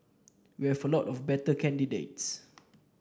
we have a lot of better candidates